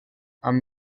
amb